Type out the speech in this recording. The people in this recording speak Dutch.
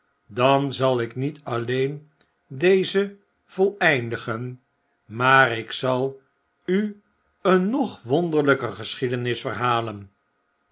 dan zal ik niet alleen deze voleindigen maar ik zal u een nog wonderlper geschiedenis verhalen